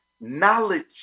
knowledge